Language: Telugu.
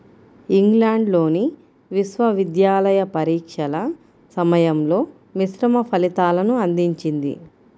ఇంగ్లాండ్లోని విశ్వవిద్యాలయ పరీక్షల సమయంలో మిశ్రమ ఫలితాలను అందించింది